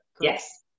Yes